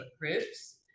groups